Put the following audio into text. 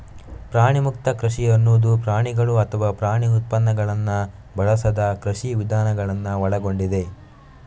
ಪ್ರಾಣಿಮುಕ್ತ ಕೃಷಿ ಅನ್ನುದು ಪ್ರಾಣಿಗಳು ಅಥವಾ ಪ್ರಾಣಿ ಉತ್ಪನ್ನಗಳನ್ನ ಬಳಸದ ಕೃಷಿ ವಿಧಾನಗಳನ್ನ ಒಳಗೊಂಡಿದೆ